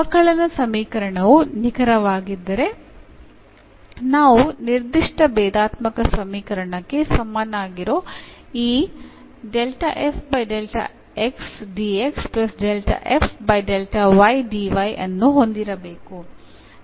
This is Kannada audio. ಅವಕಲನ ಸಮೀಕರಣವು ನಿಖರವಾಗಿದ್ದರೆ ನಾವು ನಿರ್ದಿಷ್ಟ ಭೇದಾತ್ಮಕ ಸಮೀಕರಣಕ್ಕೆ ಸಮನಾಗಿರೊ ಈ ಅನ್ನು ಹೊಂದಿರಬೇಕು